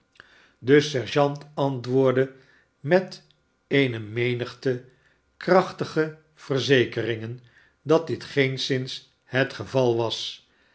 de sergeant antwoordde met ene menigte krachtige verzekeringen dat dit geenszms het geval was